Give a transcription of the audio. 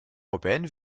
européennes